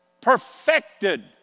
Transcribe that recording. Perfected